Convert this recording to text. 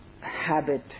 habit